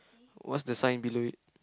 what's the sign below it